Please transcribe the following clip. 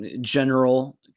general